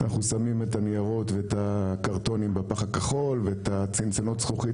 אנחנו שמים את הניירות ואת הקרטונים בפח הכחול ואת צנצנות זכוכית